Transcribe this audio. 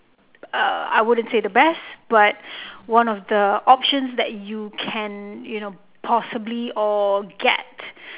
uh I wouldn't say the best but one of the options that you can you know possibly all get